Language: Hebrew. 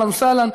אהלן וסהלן,